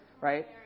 right